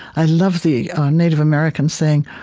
i love the native american saying,